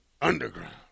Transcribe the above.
Underground